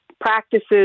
practices